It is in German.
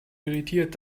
irritiert